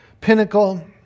pinnacle